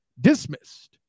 dismissed